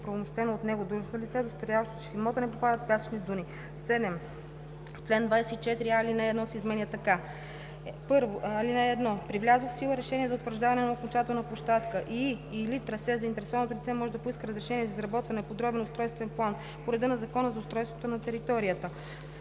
оправомощено от него длъжностно лице, удостоверяващо, че в имота не попадат пясъчни дюни.“ 7. В чл. 24: а) алинея 1 се изменя така: „(1) При влязло в сила решение за утвърждаване на окончателна площадка и/или трасе заинтересованото лице може да поиска разрешение за изработване на подробен устройствен план по реда на Закона за устройство на територията.“;